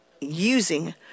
using